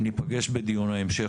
ניפגש בדיון ההמשך,